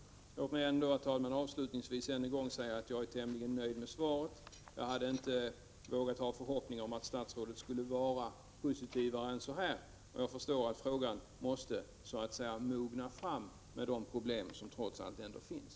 Låt mig ändå, herr talman, avslutningsvis än en gång säga att jag är tämligen nöjd med svaret. Jag hade inte vågat ha förhoppning om att statsrådet skulle vara positivare än så här. Jag förstår att frågan måste mogna med hänsyn till de problem som trots allt ändå finns.